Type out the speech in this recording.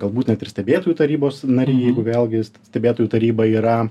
galbūt net ir stebėtojų tarybos nariai jeigu vėlgi stebėtojų taryba yra